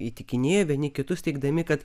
įtikinėjo vieni kitus teigdami kad